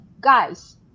guys